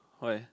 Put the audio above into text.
why